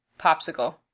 Popsicle